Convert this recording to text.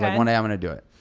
one day i'm gonna do it.